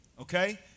okay